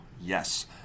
Yes